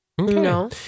No